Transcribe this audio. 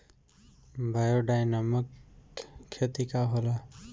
Biodynamic खेती का होला?